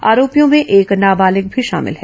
आरोपियों में एक नाबालिग भी शामिल है